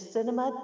Cinema